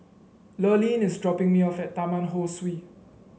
Lurline is dropping me off at Taman Ho Swee